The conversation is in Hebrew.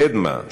קדמה,